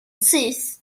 syth